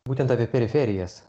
būtent apie periferijas